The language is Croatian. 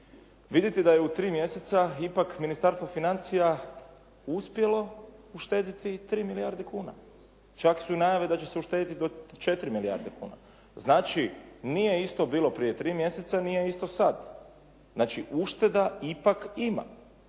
vidite da je u tri mjeseca ipak Ministarstvo financija uspjelo uštediti tri milijarde kuna. čak su najave da će se uštediti do 4 milijarde kuna. Znači nije bilo isto prije tri mjeseca, nije isto sada. Znači ušteda ipak ima.